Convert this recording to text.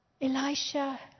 Elisha